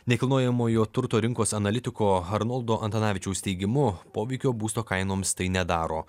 nekilnojamojo turto rinkos analitiko arnoldo antanavičiaus teigimu poveikio būsto kainoms tai nedaro